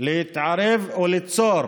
להתערב או ליצור